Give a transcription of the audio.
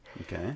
Okay